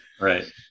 Right